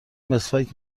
مسواک